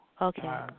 okay